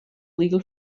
legal